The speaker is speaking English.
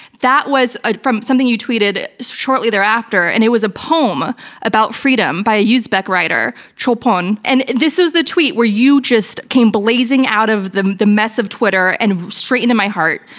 that was ah from something you tweeted shortly thereafter and it was a poem about freedom by a uzbek writer, cho'lpon, and this was the tweet where you just came blazing out of the the mess of twitter and straight into my heart.